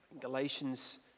Galatians